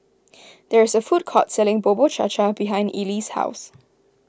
there is a food court selling Bubur Cha Cha behind Eli's house